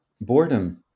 Boredom